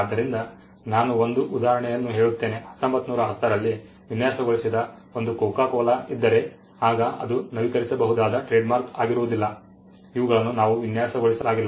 ಆದ್ದರಿಂದ ನಾನು ಒಂದು ಉದಾಹರಣೆಯನ್ನು ಹೇಳುತ್ತೇನೆ 1910 ರಲ್ಲಿ ವಿನ್ಯಾಸಗೊಳಿಸಿದ 1 ಕೊಕೊ ಕೋಲಾ ಇದ್ದರೆ ಆಗ ಅದು ನವೀಕರಿಸಬಹುದಾದ ಟ್ರೇಡ್ಮಾರ್ಕ್ ಆಗಿರುವುದಿಲ್ಲ ಇವುಗಳನ್ನು ನಾವು ವಿನ್ಯಾಸಗೊಳಿಸಲಾಗಿಲ್ಲ